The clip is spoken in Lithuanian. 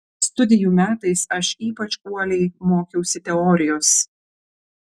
studijų metais aš ypač uoliai mokiausi teorijos